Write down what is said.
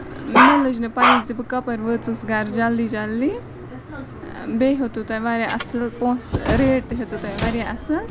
مےٚ لٔج نہٕ پَیی زِ بہٕ کَپٲر وٲژٕس گرٕ جلدی جلدی بیٚیہِ ہیٚتوٕ تۄہہِ واریاہ اَصٕل پونسہٕ ریٹ تہِ ہیٚژوٕ تۄہہِ واریاہ اَصٕل